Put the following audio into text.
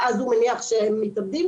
ואז הוא מניח שהם מתאבדים.